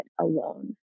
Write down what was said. alone